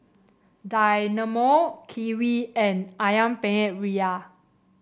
Dynamo Kiwi and ayam Penyet Ria